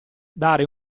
dare